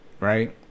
right